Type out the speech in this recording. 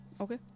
Okay